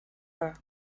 her